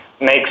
makes